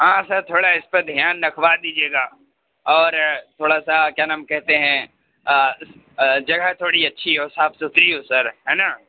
ہاں سر تھوڑا اِس پر دھیان رکھوا دیجیے گا اور تھوڑا سا کیا نام کہتے ہیں جگہ تھوڑی اچھی ہو صاف سُتھری ہو سر ہے نا